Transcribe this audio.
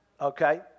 Okay